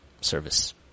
service